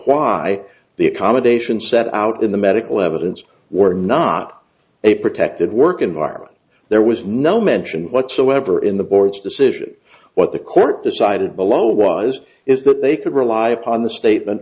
why the accommodations set out in the medical evidence were not a protected work environment there was no mention whatsoever in the board's decision what the court decided below was is that they could rely upon the statement